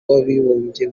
w’abibumbye